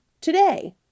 today